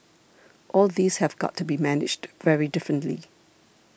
all these have got to be managed very differently